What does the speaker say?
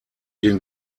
den